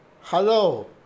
Hello